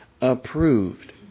approved